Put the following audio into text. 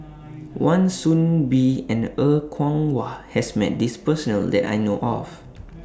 Wan Soon Bee and Er Kwong Wah has Met This Person that I know of